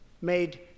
made